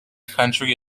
country